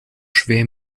schwer